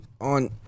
on